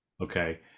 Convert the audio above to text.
okay